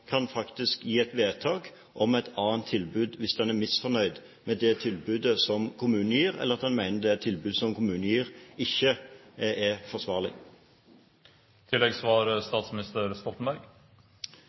vedtak om et annet tilbud hvis en er misfornøyd med det tilbudet som kommunen gir, eller hvis en mener at det tilbudet som kommunen gir, ikke er forsvarlig.